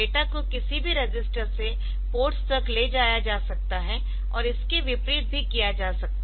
data को किसी भी रजिस्टर से पोर्ट्स तक ले जाया जा सकता है और इसके विपरीत भी किया जा सकता है